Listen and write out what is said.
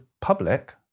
public